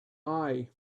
eye